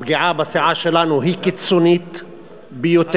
הפגיעה בסיעה שלנו היא קיצונית ביותר,